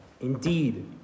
Indeed